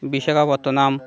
Visakhapatnam